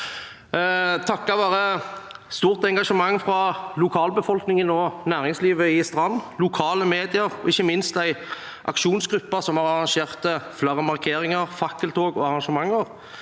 Takket være stort engasjement fra lokalbefolkningen og næringslivet i Strand, lokale medier og ikke minst en aksjonsgruppe som har arrangert flere markeringer, fakkeltog og andre arrangementer,